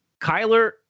Kyler